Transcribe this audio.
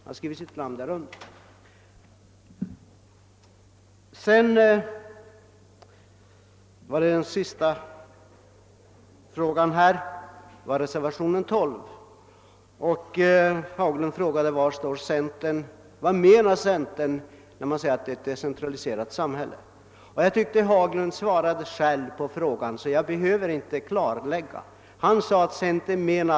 Herr Hedlund har ju skrivit under den motionen. Beträffande reservationen 12 frågade sedan herr Haglund vad centern menar med ett decentraliserat samhälle. Jag tyckte dock att herr Haglund själv svarade på den frågan; han sade att centern menar.